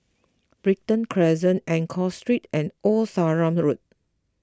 Brighton Crescent Enggor Street and Old Sarum Road